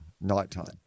Nighttime